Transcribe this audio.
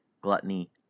gluttony